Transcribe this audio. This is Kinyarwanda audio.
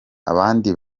abandi